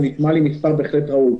זה נשמע לי מספר בהחלט ראוי.